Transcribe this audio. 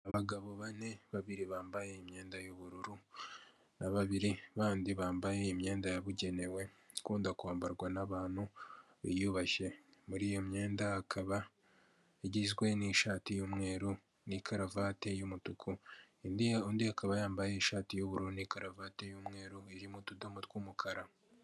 Ubagabo bane babiri bambaye imyenda y'ubururu na babiri bandi bambaye imyenda yabugenewe ikunda kwambarwa n'abantu biyubashye, muri iyo myenda ikaba igizwe n'ishati y'umweru n'ikaruvati y'umutuku, undi akaba yambaye ishati y'ubururu n'ikaruvati y'umweru iririmo tudomo tw'umukara.